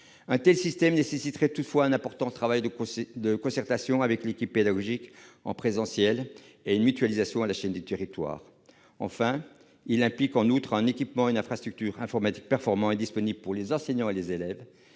Un tel système nécessiterait toutefois un important travail de concertation avec l'équipe pédagogique en présentiel et une mutualisation à l'échelle du territoire. Il implique en outre un équipement et une infrastructure informatique performants et disponibles pour les enseignants et les élèves,